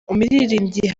umuririmbyi